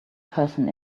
person